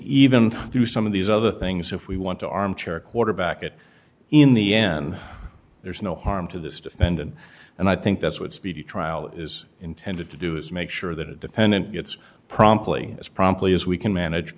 through some of these other things if we want to armchair quarterback it in the end there's no harm to this defendant and i think that's what speedy trial is intended to do is make sure that a defendant gets promptly as promptly as we can manage